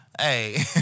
Hey